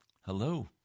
Hello